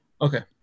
Okay